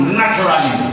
naturally